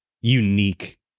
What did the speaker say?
unique